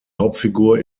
hauptfigur